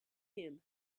him